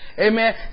Amen